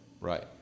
Right